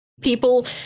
people